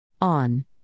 On